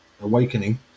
awakening